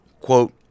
quote